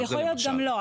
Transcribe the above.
אבל יכול להיות גם לא.